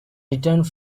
returned